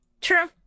True